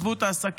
עזבו את העסקים,